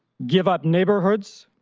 give up neighborhoods,